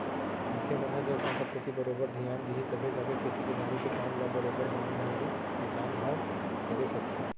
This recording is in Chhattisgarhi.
मनखे मन ह जल संकट कोती बरोबर धियान दिही तभे जाके खेती किसानी के काम ल बरोबर बने ढंग ले किसान ह करे सकही